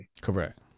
Correct